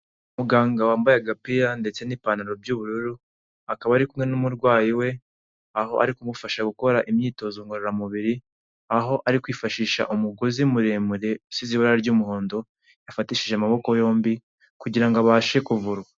Umuganga wambaye agapira ndetse n'ipantaro by'ubururu, akaba ari kumwe n'umurwayi we aho ari kumufasha gukora imyitozo ngororamubiri, aho ari kwifashisha umugozi muremure usize ibara ry'umuhondo, yafatishije amaboko yombi kugira abashe kuvurwa vuba.